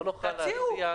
תציעו.